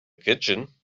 kitchen